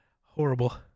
Horrible